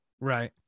Right